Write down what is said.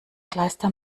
kleister